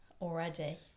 Already